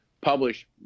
publish